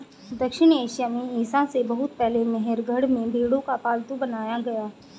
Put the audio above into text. दक्षिण एशिया में ईसा से बहुत पहले मेहरगढ़ में भेंड़ों को पालतू बनाया गया